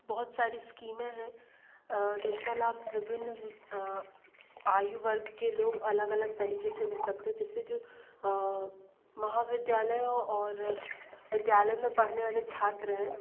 बहुत सारी स्कीमें है जिनका लाभ विभिन्न आयु वर्ग के लोग अलग अलग तरीके से ले सकते हैं जिससे जो महाविद्यालयों और विद्यालय में पढ़ने वाले छात्र हैं